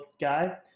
guy